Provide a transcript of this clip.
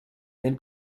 den